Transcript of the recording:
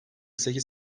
sekiz